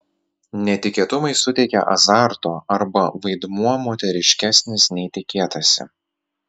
netikėtumai suteikia azarto arba vaidmuo moteriškesnis nei tikėtasi